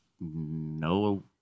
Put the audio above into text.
no